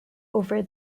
over